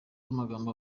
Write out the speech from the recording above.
amagambo